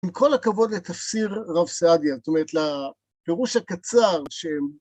עם כל הכבוד לתפסיר רב סעדיה, זאת אומרת לפירוש הקצר ש...